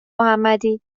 محمدی